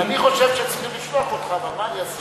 אני חושב שצריכים לשלוח אותך, אבל מה אני אעשה.